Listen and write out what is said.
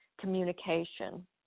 communication